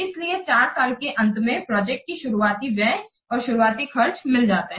इसलिए 4 साल के अंत में प्रोजेक्ट को शुरुआती व्यय और शुरुआती खर्च मिल जाता है